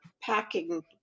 packing